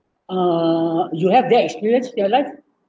uh you have that experience in your life